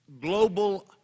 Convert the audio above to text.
global